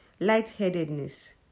Lightheadedness